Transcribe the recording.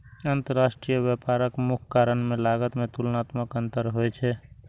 अंतरराष्ट्रीय व्यापारक मुख्य कारण मे लागत मे तुलनात्मक अंतर होइ छै